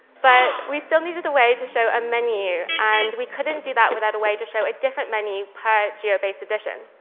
but we still needed a way to show a menu. and we couldn't do that without a way to show a different menu per geo based edition.